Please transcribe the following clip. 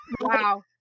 Wow